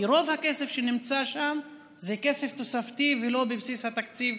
כי רוב הכסף שנמצא שם זה כסף תוספתי ולא בבסיס התקציב,